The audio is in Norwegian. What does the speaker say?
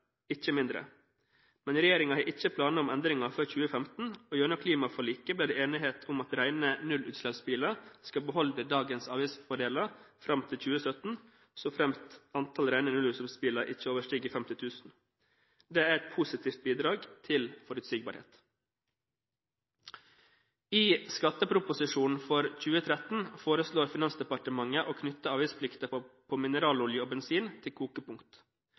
ikke mindre. Regjeringen har ikke planer om endringer før 2015, og gjennom klimaforliket ble det enighet om at rene nullutslippsbiler skal beholde dagens avgiftsfordeler fram til 2017, såfremt antall rene nullutslippsbiler ikke overstiger 50 000. Det er et positivt bidrag til forutsigbarhet. I skatteproposisjonen for 2013 foreslår Finansdepartementet å knytte avgiftsplikten på mineralolje og bensin til kokepunkt.